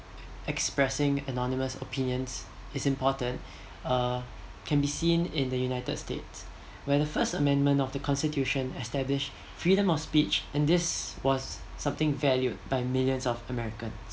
expressing anonymous opinions is important uh can be seen in the united states where the first amendments of the constitutions has established freedom of speech and this was something valued by millions of americans